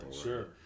Sure